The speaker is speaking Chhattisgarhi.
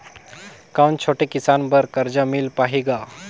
कौन छोटे किसान बर कर्जा मिल पाही ग?